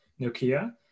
Nokia